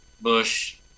Bush